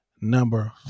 Number